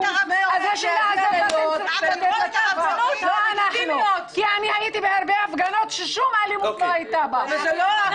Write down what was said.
--- כי הייתי בהפגנות ששום אלימות לא הייתה בהן.